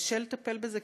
קשה לטפל בזה.